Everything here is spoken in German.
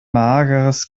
mageres